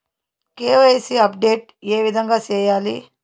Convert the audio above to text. KYC update ఏ విధంగా సేయాలి?